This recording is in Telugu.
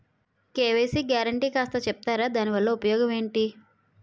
కే.వై.సీ గ్యారంటీ కాస్త చెప్తారాదాని వల్ల ఉపయోగం ఎంటి?